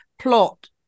plot